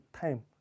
time